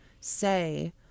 say